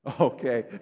Okay